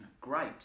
great